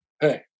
Hey